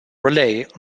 raleigh